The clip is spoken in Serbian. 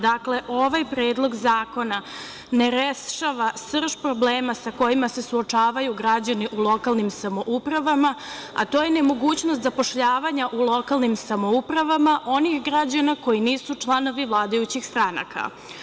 Dakle, ovaj predlog zakona ne rešava srž problema sa kojima se suočavaju građani u lokalnim samoupravama, a to je nemogućnost zapošljavanja u lokalnim samoupravama onih građana koji nisu članovi vladajućih stranaka.